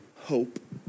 hope